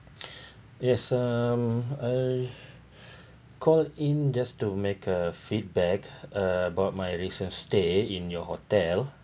yes um I call in just to make a feedback uh about my recent stay in your hotel